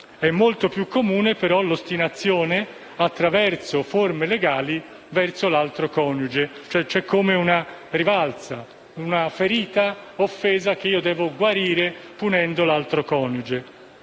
è molto più comune l'ostinazione attraverso forme legali, verso l'altro coniuge. C'è come una rivalsa; una ferita e un'offesa che io devo guarire punendo l'altro coniuge.